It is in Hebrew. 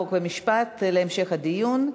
חוק ומשפט להמשך הדיון.